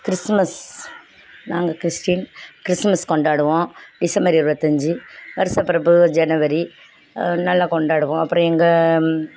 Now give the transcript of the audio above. Christmas நாங்க Christian Christmas கொண்டாடுவோம் December இருபத்தஞ்சு வருஷ பிறப்பு ஜனவரி அது நல்லா கொண்டாடுவோம் அப்புறம் எங்கள்